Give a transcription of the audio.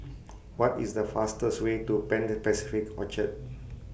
What IS The fastest Way to Pan Pacific Orchard